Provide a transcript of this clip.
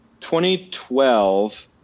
2012